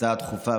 הצעה דחופה,